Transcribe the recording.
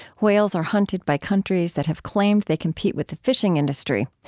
whales are hunted by countries that have claimed they compete with the fishing industry.